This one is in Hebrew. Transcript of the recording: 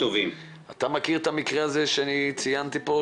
אתה מכיר את המקרה שתיארתי כאן,